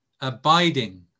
abiding